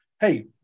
hey